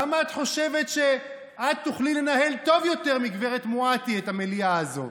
למה את חושבת שאת תוכלי לנהל טוב יותר מגב' מואטי את המליאה הזאת?